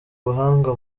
ubuhanga